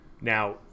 now